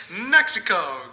Mexico